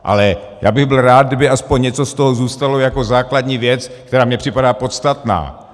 Ale já bych byl rád, aby aspoň něco z toho zůstalo jako základní věc, která mně připadá podstatná.